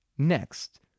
Next